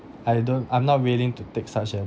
I don't I'm not willing to take such a